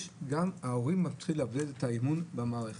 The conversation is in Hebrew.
גם ההורים מתחילים לאבד את האמון במערכת.